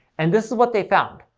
and this is what they found.